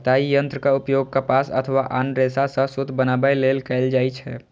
कताइ यंत्रक उपयोग कपास अथवा आन रेशा सं सूत बनबै लेल कैल जाइ छै